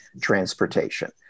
transportation